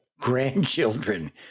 grandchildren